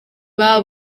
baba